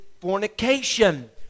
fornication